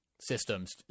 systems